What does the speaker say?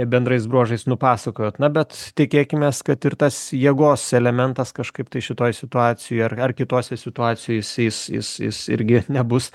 bendrais bruožais nupasakojot na bet tikėkimės kad ir tas jėgos elementas kažkaip tai šitoj situacijoj ar ar kitose situacijos jis jis jis jis irgi nebus